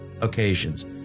occasions